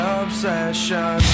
obsession